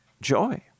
joy